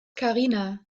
karina